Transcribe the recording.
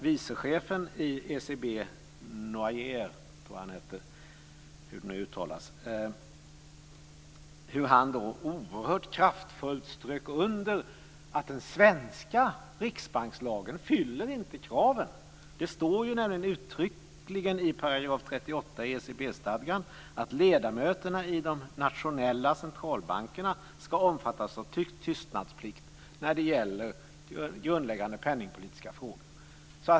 Vice chefen i ECB, Noyer, strök oerhört kraftfullt under att den svenska riksbankslagen inte fyller kraven. Det står nämligen uttrycklingen i 38 § i ECB-stadgan att ledamöterna i de nationella centralbankerna ska omfattas av tystnadsplikt när det gäller grundläggande penningpolitiska frågor.